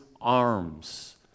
arms